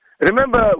Remember